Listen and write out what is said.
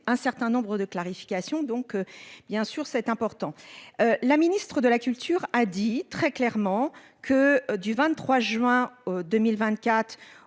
un certain nombre de clarifications importantes. La ministre de la culture a dit très clairement que, du 23 juin 2024